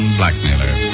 blackmailer